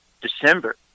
December